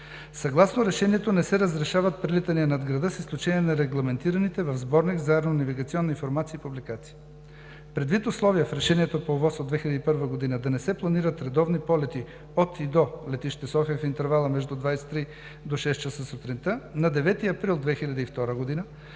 Съгласно Решението не се разрешават прелитания над града с изключение на регламентираните в Сборник „Аеронавигационна информация и публикация“. Предвид условия в Решението по ОВОС от 2001 г. да не се планират редовни полети от и до летище София в интервала между 23,00 до 6,00 ч., на 9 април 2002 г.